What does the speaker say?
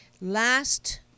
Last